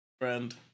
friend